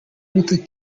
luther